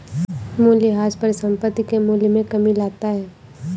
मूलयह्रास परिसंपत्ति के मूल्य में कमी लाता है